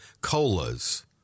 colas